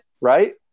right